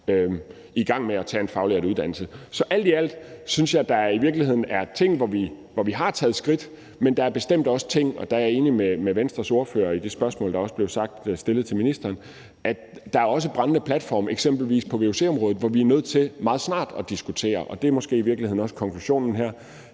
i gang med at tage en faglært uddannelse. Så alt i alt synes jeg, at der i virkeligheden er ting, hvor vi har taget skridt. Men der er bestemt også ting – og der er jeg enig med Venstres ordfører i forhold til det spørgsmål, der blev stillet til ministeren – hvor der er brændende platforme, f.eks. på vuc-området, hvor vi er nødt til meget snart at diskutere det, og det er måske i virkeligheden også konklusionen her.